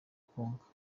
konka